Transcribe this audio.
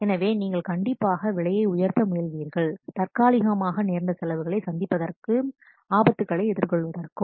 எனவே நீங்கள் கண்டிப்பாக விலையை உயர்த்த முயல்வீர்கள் தற்காலிகமாக நேர்ந்த செலவுகளை சந்திப்பதற்கும் ஆபத்துகளை எதிர்கொள்வதற்கும்